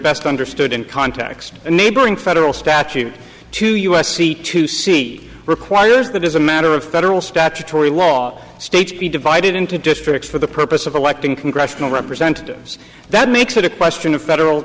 best understood in context the neighboring federal statute two u s c to see requires that as a matter of federal statutory law states be divided into districts for the purpose of electing congressional representatives that makes it a question of federal